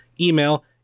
Email